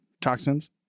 Toxins